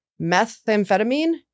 methamphetamine